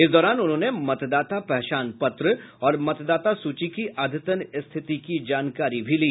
इस दौरान उन्होंने मतदाता पहचान पत्र और मतदाता सूची की अद्यतन स्थिति की जानकारी भी ली